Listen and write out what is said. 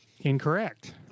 Incorrect